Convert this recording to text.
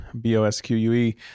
B-O-S-Q-U-E